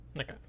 Okay